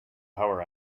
tower